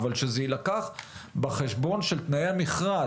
אבל שזה יילקח בחשבון של תנאי המכרז,